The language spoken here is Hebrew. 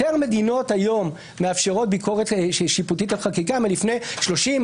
יותר מדינות מאפשרות היום ביקורת שיפוטית על חקיקה מלפני שלושים,